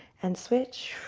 and switch.